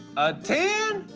a ten?